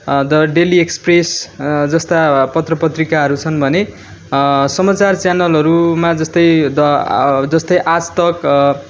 the Daily Express जस्ता पत्र पत्रिकाहरू छन् भने समाचार च्यानलहरूमा जस्तै द जस्तै आजतक